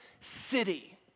city